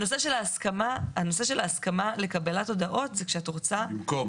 נושא ההסכמה לקבלת הודעות הוא כאשר זה בא במקום